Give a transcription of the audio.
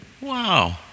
Wow